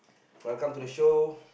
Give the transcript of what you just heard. welcome to the show